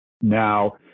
Now